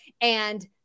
and-